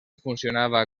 funcionava